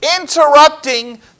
interrupting